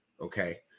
Okay